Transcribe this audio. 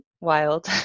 wild